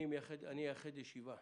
אייחד ישיבה,